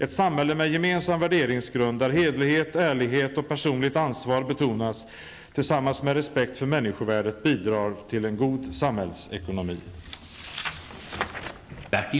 Ett samhälle med gemensam värderingsgrund, där hederlighet, ärlighet och personligt ansvar betonas tillsammans med respekt för människovärdet bidrar till en god samhällsekonomi.